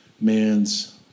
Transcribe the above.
man's